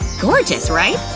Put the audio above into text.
gorgeous, right?